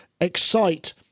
excite